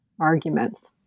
arguments